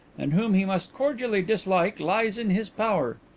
and whom he must cordially dislike, lies in his power.